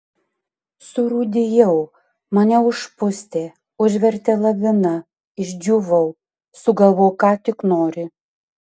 surūdijau mane užpustė užvertė lavina išdžiūvau sugalvok ką tik nori